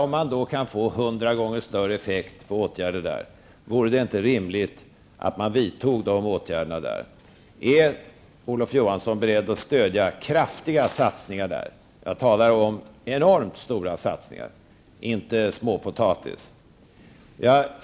Om man kan få hundra gånger större effekt på åtgärder där, är det då inte rimligt att man vidtar dessa åtgärder? Är Olof Johansson beredd att stödja kraftiga satsningar där? Jag talar om enormt stora satsningar, inte småpotatis.